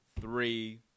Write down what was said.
three